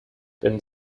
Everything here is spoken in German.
wenn